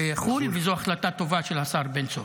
וזו החלטה טובה של השר בן צור.